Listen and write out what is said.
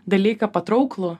dalyką patrauklų